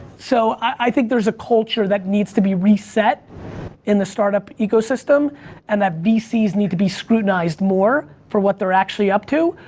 so i think there's a culture that needs to be reset in the start up ecosystem and that vcs need to be scrutinized more for what they're actually up to.